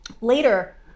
later